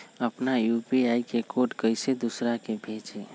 अपना यू.पी.आई के कोड कईसे दूसरा के भेजी?